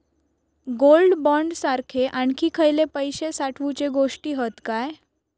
Gold bond सारखे आणखी खयले पैशे साठवूचे गोष्टी हत काय?